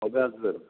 কবে আসবেন